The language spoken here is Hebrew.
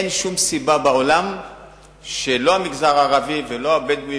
אין שום סיבה בעולם שהמגזר הערבי והבדואי